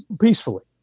peacefully